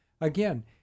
Again